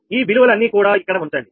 ఈ విలువలు అన్ని కూడా ఇక్కడ ఉంచండి